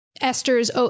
esther's